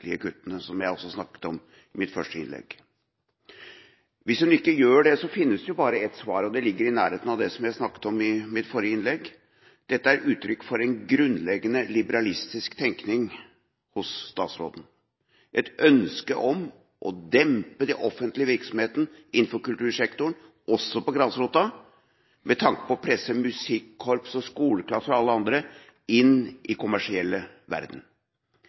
merkelige kuttene, som jeg også snakket om i mitt første innlegg. Hvis hun ikke gjør det, finnes det bare ett svar, og det ligger i nærheten av det som jeg snakket om i mitt forrige innlegg, at dette er et uttrykk for en grunnleggende liberalistisk tenkning hos statsråden, et ønske om å dempe den offentlige virksomheten innenfor kultursektoren – også på grasrota – med tanke på å presse musikkorps, skoleklasser og alle andre inn i den kommersielle